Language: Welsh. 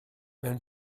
mewn